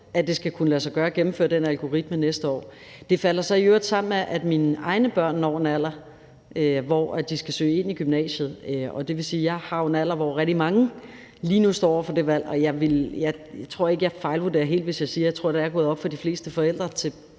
at det skal kunne lade sig gøre at gennemføre den algoritme næste år. Det falder så i øvrigt sammen med, at mine egne børn når en alder, hvor de skal søge ind i gymnasiet, og det vil sige, at jeg jo har en alder ligesom rigtig mange, der lige nu står over for det valg, og jeg tror ikke, at jeg fejlvurderer det helt, hvis jeg siger, at jeg tror, at det er gået op for de fleste forældre til